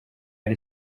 ari